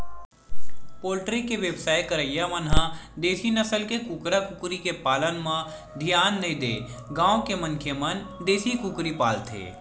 poultry के बेवसाय करइया मन ह देसी नसल के कुकरा कुकरी के पालन म धियान नइ देय गांव के मनखे मन देसी कुकरी पालथे